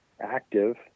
active